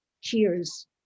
cheers